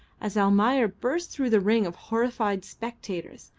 as almayer burst through the ring of horrified spectators,